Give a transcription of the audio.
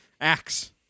Axe